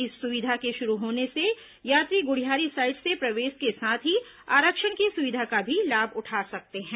इस सुविधा के शुरू होने से यात्री गुढ़ियारी साइड से प्रवेश के साथ ही आरक्षण की सुविधा का भी लाभ उठा सकेंगे